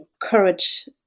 courage